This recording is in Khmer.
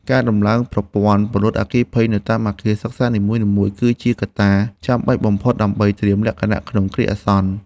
ការដំឡើងប្រព័ន្ធពន្លត់អគ្គិភ័យនៅតាមអគារសិក្សានីមួយៗ គឺជាកត្តាចាំបាច់បំផុតដើម្បីត្រៀមលក្ខណៈក្នុងគ្រាអាសន្ន។